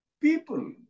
people